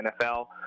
NFL